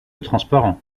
transparents